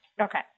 Okay